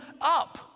up